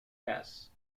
cass